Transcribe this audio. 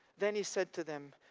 then he said to them,